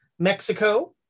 Mexico